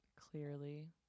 clearly